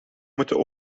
moeten